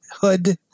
hood